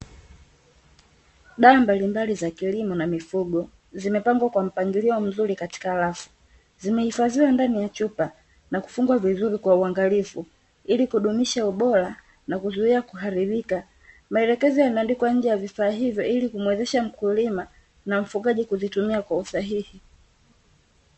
Dawa mbalimbali za kilimo na mifugo zimepangwa katika mpangilio mzuri katika rafu, zimehifadhiwa ndani ya chupa na kufungwa vizuri kwa waangalifu ili kudumisha ubora na kuzuia kuharibika, maelekezo yameandikwa nje ya vifaa hivyo ili kumwezesha mkulima na mfugaji kuvitumia kiusahihi.